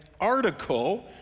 article